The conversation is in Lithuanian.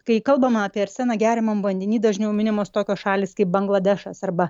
kai kalbama apie arseną geriamam vandenyje dažniau minimos tokios šalys kaip bangladešas arba